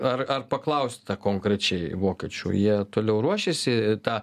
ar ar paklausite konkrečiai vokiečių jie toliau ruošiasi tą